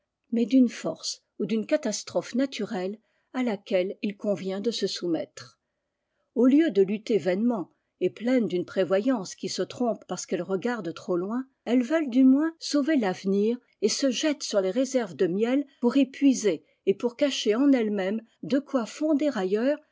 mais d'une force ou d'une catastrophe naturelle à laquelle il convient de se soumettre au lieu de lutter vainement et pleines d'une prévoyance qui se trompe parce qu'elle regarde trop loin elles veulent du moins sauver l'avenir et se jettent sur les réserves de miel pour y puiser et pour cacher en elles-mêmes de quoi fonder ailleura